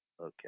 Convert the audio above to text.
Okay